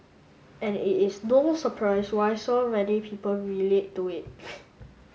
and it is no surprise why so many people relate to it